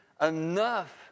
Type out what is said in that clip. enough